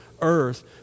earth